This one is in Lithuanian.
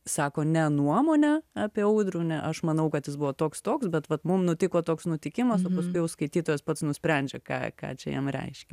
sako ne nuomonę apie audrių ne aš manau kad jis buvo toks toks bet vat mum nutiko toks nutikimas o paskui jau skaitytojas pats nusprendžia ką ką čia jam reiškia